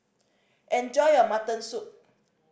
enjoy your mutton soup